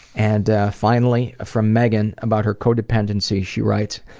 and ah finally, from megan, about her codependency she writes,